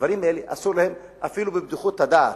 הדברים האלה, אסור להם, אפילו בבדיחות הדעת,